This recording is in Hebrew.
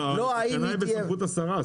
לא האם היא תהיה --- התקנה היא בסמכות השרה,